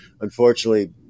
unfortunately